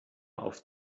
auf